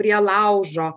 prie laužo